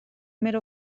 made